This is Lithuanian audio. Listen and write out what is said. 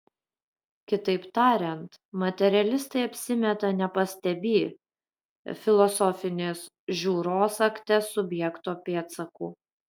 kitaip tariant materialistai apsimeta nepastebį filosofinės žiūros akte subjekto pėdsakų